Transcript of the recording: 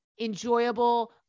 enjoyable